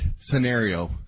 scenario